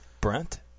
Brent